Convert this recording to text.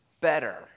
better